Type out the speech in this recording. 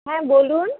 হ্যাঁ বলুন